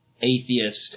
atheist